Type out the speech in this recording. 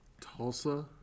Tulsa